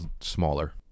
smaller